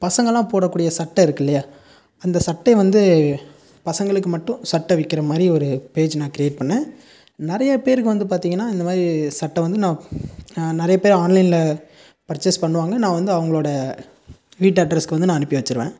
பசங்கலாம் போட கூடிய சட்டை இருக்குது இல்லையா அந்த சட்டை வந்து பசங்களுக்கு மட்டும் சட்டை விற்கிற மாதிரி ஒரு பேஜ் நான் க்ரியேட் பண்ணேன் நிறைய பேருக்கு வந்து பார்த்திங்கனா இந்த மாதிரி சட்டை வந்து நான் நிறைய பேர் ஆன்லைன்ல பர்ச்சேஸ் பண்ணுவாங்க நான் வந்து அவங்களோட வீட்டு அட்ரஸுக்கு வந்து அனுப்பி வச்சிருவேன்